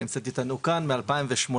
שנמצאת איתנו כאן ב-2018,